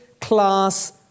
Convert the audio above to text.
class